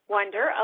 Wonder